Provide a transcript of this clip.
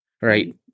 right